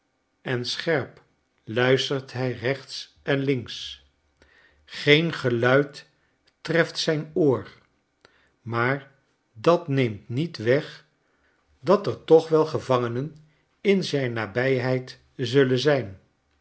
en scherp luistert hij rechts en links geen geluid treft zijn oor maar dat neemt niet weg dat er toch wel gevangenen in zijn nabijheid zullen zijn